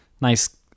nice